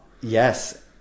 Yes